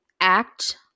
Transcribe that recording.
act